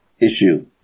issue